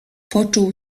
poczuł